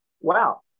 wow